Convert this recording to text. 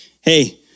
Hey